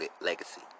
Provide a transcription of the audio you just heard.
legacy